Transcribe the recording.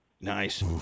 Nice